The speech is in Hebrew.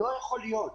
לא יכול להיות.